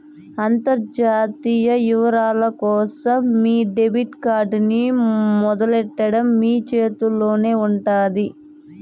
అంతర్జాతీయ యవ్వారాల కోసం మీ డెబిట్ కార్డ్ ని మొదలెట్టడం మీ చేతుల్లోనే ఉండాది